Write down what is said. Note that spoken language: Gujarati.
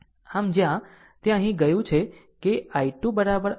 આમ જ્યાં તે અહીં ગયું છે કે I2 I3 3 I